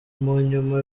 munyuma